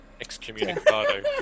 Excommunicado